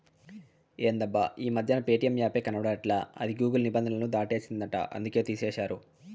ఎందబ్బా ఈ మధ్యన ప్యేటియం యాపే కనబడట్లా అది గూగుల్ నిబంధనలు దాటేసిందంట అందుకనే తీసేశారు